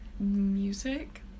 Music